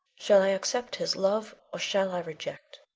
shall i accept his love, or shall i reject?